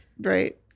right